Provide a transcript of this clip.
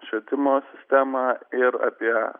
švietimo sistemą ir apie